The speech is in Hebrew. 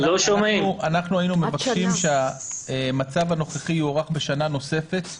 אנחנו היינו מבקשים שהמצב הנוכחי יוארך בשנה נוספת.